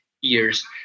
years